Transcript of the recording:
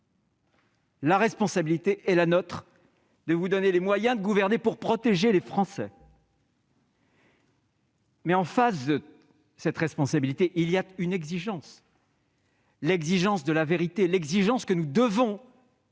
responsabilité est de vous donner les moyens de gouverner pour protéger les Français. Mais, en face de cette responsabilité, il y a une exigence de vérité, exigence que nous devons